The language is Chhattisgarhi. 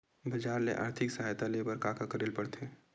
बजार ले आर्थिक सहायता ले बर का का करे ल पड़थे?